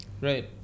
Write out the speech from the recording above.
Right